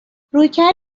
رویکردی